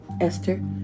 Esther